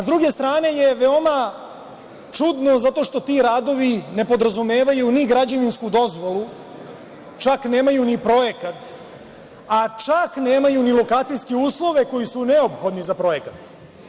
S druge strane je veoma čudno zato što ti radovi ne podrazumevaju ni građevinsku dozvolu, čak nemaju ni projekat, a čak nemaju ni lokacijske uslove koji su neophodni za projekat.